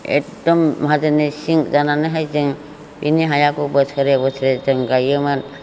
एकदम माहाजोननि सिं जानानैहाय जों बेनि हाखौ बोसोरे बोसोरे जों गायोमोन